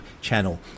channel